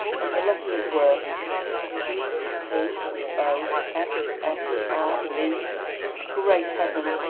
and the letters were g e o f f r e great heaven!